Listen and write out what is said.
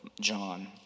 John